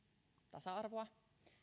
tasa arvoa